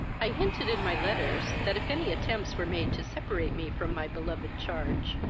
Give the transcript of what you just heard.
i hinted in my letters, that, if any attempts were made to separate me from my beloved charge,